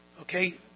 okay